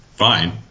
fine